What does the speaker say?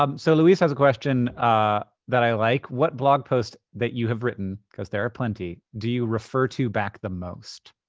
um so louise has a question that i like. what blog post that you have written, cause there are plenty, do you refer to back the most?